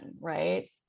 Right